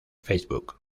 facebook